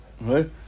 Right